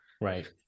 Right